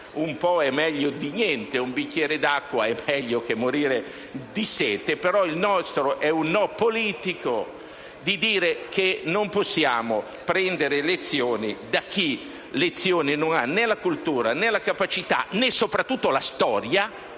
un po' è meglio di niente e un bicchiere d'acqua è meglio che morire di sete, il nostro di oggi è un no politico perché non possiamo prendere lezioni da chi non ha né la cultura, né la capacità, né soprattutto la storia,